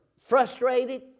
frustrated